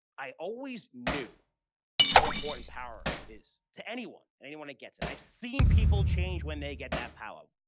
i always knew how important power is to anyone, and anyone that gets it. i've seen people change when they get that power,